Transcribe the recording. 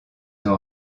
ont